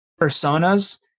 personas